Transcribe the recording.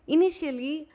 Initially